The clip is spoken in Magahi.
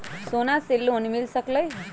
सोना से लोन मिल सकलई ह?